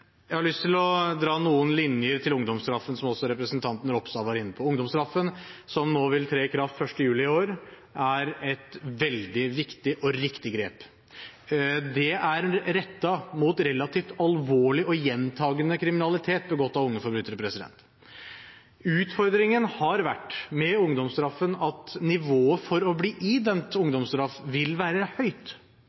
Jeg har lyst til å dra noen linjer til ungdomsstraffen, som også representanten Ropstad var inne på. Ungdomsstraffen, som vil tre i kraft 1. juli i år, er et veldig viktig og riktig grep. Det er rettet mot relativt alvorlig og gjentakende kriminalitet begått av unge forbrytere. Utfordringen med ungdomsstraffen har vært at nivået for å bli idømt ungdomsstraff vil være høyt,